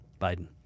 Biden